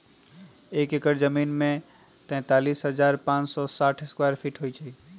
एक एकड़ जमीन में तैंतालीस हजार पांच सौ साठ स्क्वायर फीट होई छई